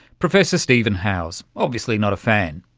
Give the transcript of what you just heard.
professor stephen howes. obviously not a fan.